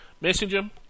Messenger